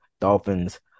Dolphins